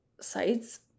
sites